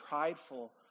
prideful